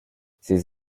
ces